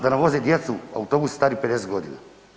Da nam vozi djecu autobusi stari 50 godina.